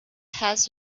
has